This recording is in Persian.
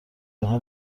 آنها